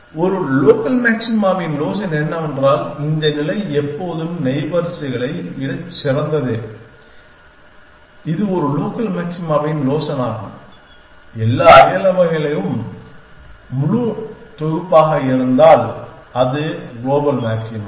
ஒரு லோக்கல் மாக்சிமாவின் லோஷன் என்னவென்றால் இந்த நிலை எப்போதும் நெய்பர்ஸ்களை விட சிறந்தது இது ஒரு லோக்கல் மாக்சிமாவின் லோஷன் ஆகும் எல்லா அயலவைகளுக்கும் முழு தொகுப்பாக இருந்தால் அது க்ளோபல் மாக்ஸிமா